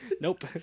Nope